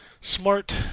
smart